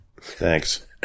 thanks